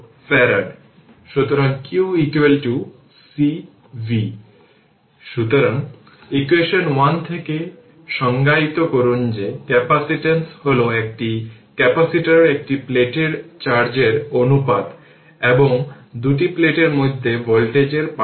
সুতরাং q c v সুতরাং equation 1 থেকে সংজ্ঞায়িত করুন যে ক্যাপাসিট্যান্স হল একটি ক্যাপাসিটরের একটি প্লেটে চার্জের অনুপাত এবং দুটি প্লেটের মধ্যে ভোল্টেজের পার্থক্য